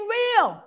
real